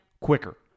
quicker